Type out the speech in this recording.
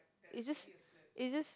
it's just it's just